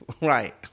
Right